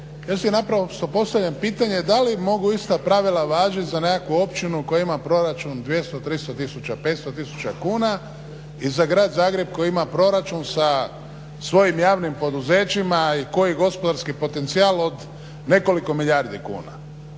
ja si naprosto postavljam pitanje da li mogu ista pravila važiti za nekakvu općinu koja ima proračun 200, 300 tisuća, 500 tisuća kuna, i za Grad Zagreb koji ima proračun sa svojim javnim poduzećima i koji gospodarski potencijal od nekoliko milijardi kuna?